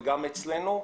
וגם אצלנו,